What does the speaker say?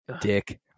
dick